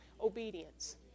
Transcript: Obedience